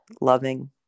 loving